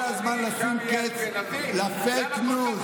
די, אחד, הגיע הזמן לשים קץ לפייק ניוז.